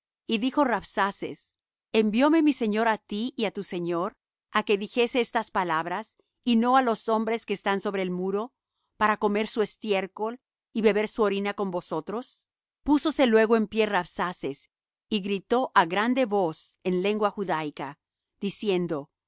y dijo rabsaces envióme mi señor á ti y á tu señor á que dijese estas palabras y no á los hombres que están sobre el muro para comer su estiércol y beber su orina con vosotros púsose luego en pie rabsaces y gritó á grande voz en lengua judáica diciendo oid